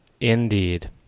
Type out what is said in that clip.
Indeed